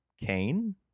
Cain